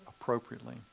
appropriately